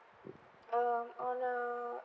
um on uh